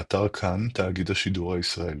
באתר כאן – תאגיד השידור הישראלי,